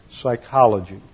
psychology